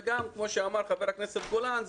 וגם כמו שאמר חבר הכנסת גולן,